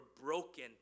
broken